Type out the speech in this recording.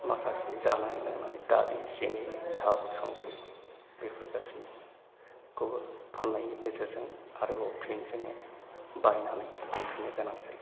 माखासे जानाय लोंनाय दालि सिनि थाव संख्रि बेफोर गासैखौबो फाननायनि गेजेरजों आरोबाव फिन जोङो बायनानै लाफिननो गोनां जायो